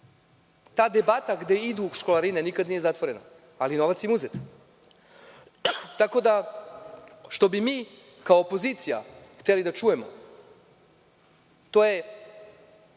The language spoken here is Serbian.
Ta debata gde idu školarine, nikad nije zatvorena, ali novac im je uzet. Ono što bi mi, kao opozicija hteli da čujemo to je